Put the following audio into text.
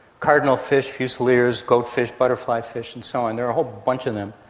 cardinal fish, fusiliers, goat fish, butterfly fish and so on, there are a whole bunch of them.